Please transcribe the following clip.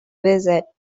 visit